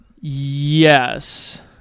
Yes